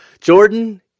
Jordan